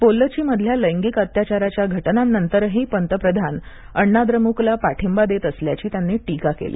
पोल्लचीमधल्या लैंगिक अत्याचाराच्या घटनांनंतरही पंतप्रधान अण्णा द्रमुकला पाठिंबा देत असल्याची टीका त्यांनी केली